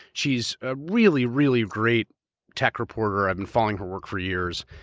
she's a really, really great tech reporter. i've been following her work for years.